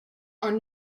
are